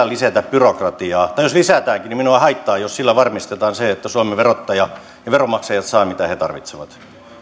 lisätä byrokratiaa tai jos lisätäänkin niin ei minua haittaa jos sillä varmistetaan se että suomen verottaja ja veronmaksajat saavat mitä tarvitsevat